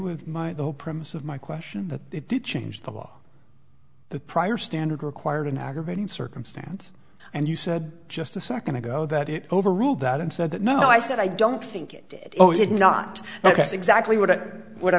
with my whole premise of my question that they did change the law the prior standard required an aggravating circumstance and you said just a second ago that it overruled that and said that no i said i don't think it did or did not exactly what i what i